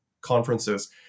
conferences